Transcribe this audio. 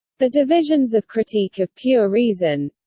the divisions of critique of pure reason